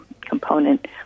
component